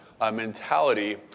mentality